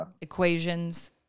equations